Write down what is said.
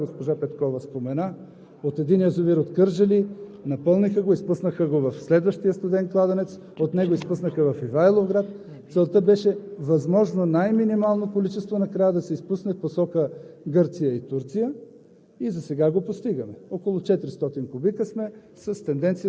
Затова тези каскади, които са направени там, изиграха своята роля – госпожа Петкова спомена. Единият язовир – „Кърджали“, го напълниха, изпуснаха го в следващия – „Студен кладенец“ и от него изпуснаха в „Ивайловград“. Целта беше възможно най-минимално количество накрая да се изпусне в посока Гърция и Турция